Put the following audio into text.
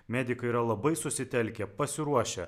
medikai yra labai susitelkę pasiruošę